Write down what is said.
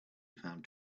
found